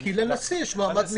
כי לנשיא יש מעמד מיוחד.